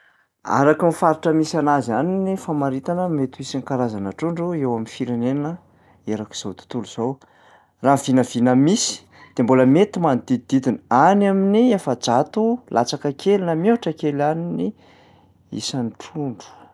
Araky ny faritra misy anazy ihany ny famaritana ny mety ho isan'ny karazana trondro eo am'firenena erak'izao tontolo izao. Raha ny vinavina misy dia mbôla mety manodidididina any amin'ny efajato latsaka kely na mihoatra kely any ny isan'ny trondro.